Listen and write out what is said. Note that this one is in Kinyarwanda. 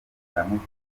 aramubwira